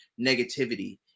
negativity